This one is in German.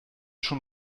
schon